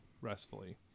restfully